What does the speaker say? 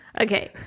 Okay